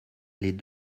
les